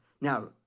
Now